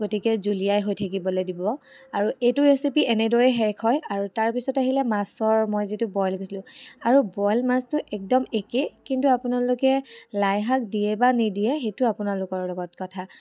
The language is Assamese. গতিকে জুলীয়াই হৈ থাকিবলৈ দিব আৰু এইটো ৰেচিপি এনেদৰে শেষ হয় আৰু তাৰপিছত আহিলে মাছৰ মই যিটো বইল কৈছিলোঁ আৰু বইল মাছটো একদম একে কিন্তু আপোনালোকে লাইশাক দিয়ে বা নিদিয়ে সেইটো আপোনালোকৰ লগত কথা